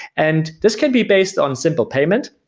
and this can be based on simple payment.